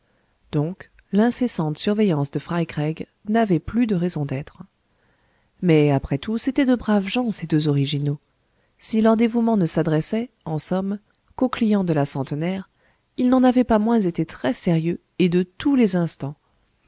donc l'incessante surveillance de fry craig n'avait plus de raison d'être mais après tout c'étaient de braves gens ces deux originaux si leur dévouement ne s'adressait en somme qu'au client de la centenaire il n'en avait pas moins été très sérieux et de tous les instants